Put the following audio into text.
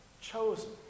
chosen